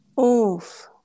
oof